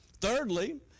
Thirdly